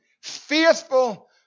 faithful